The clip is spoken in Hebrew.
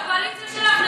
קואליציה שלך.